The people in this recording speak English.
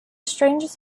strangest